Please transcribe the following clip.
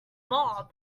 bob